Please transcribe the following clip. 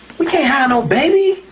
we can't have no baby.